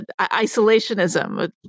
isolationism